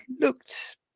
looked